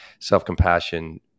self-compassion